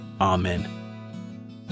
Amen